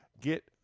Get